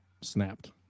snapped